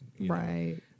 Right